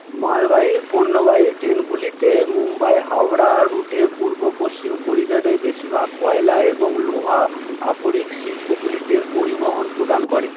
মালবাহী পণ্যবাহী ট্রেনগুলিতে মুম্বাই হাওড়া রুটের পূর্ব পশ্চিম করিডোরে বেশিরভাগ কয়লা এবং লোহা আকরিক শিল্পগুলিতে পরিবহণ প্রদান করে